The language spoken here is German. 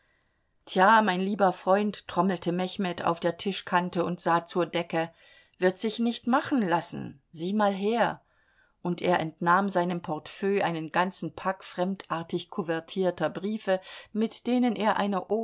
tja mein lieber freund trommelte mechmed auf der tischkante und sah zur decke wird sich nicht machen lassen sieh mal her und er entnahm seinem portefeuille einen ganzen pack fremdartig kuvertierter briefe mit denen er eine